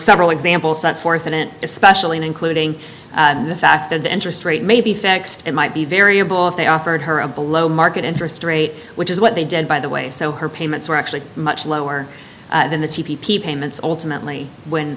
several examples that forth in it especially including the fact that the interest rate may be fixed it might be variable if they offered her a below market interest rate which is what they did by the way so her payments were actually much lower than the c p p payments alternately when